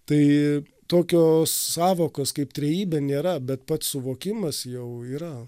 tai tokios sąvokos kaip trejybė nėra bet pats suvokimas jau yra